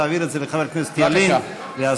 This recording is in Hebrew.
תעביר את זה לחברי הכנסת ילין ואזברגה.